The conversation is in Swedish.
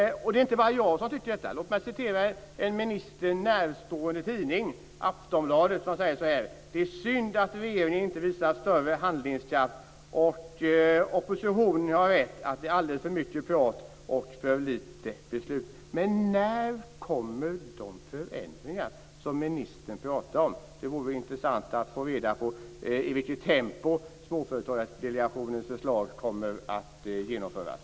Det är inte bara jag som tycker så här. Låt mig citera en ministern närstående tidning, Aftonbladet: "Det är synd att regeringen inte visar större handlingskraft. - oppositionen har rätt i att det är för mycket prat och för lite beslut." När kommer de förändringar som ministern pratar om? Det vore intressant att få reda på i vilket tempo Småföretagsdelegationens förslag kommer att genomföras.